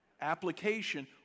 application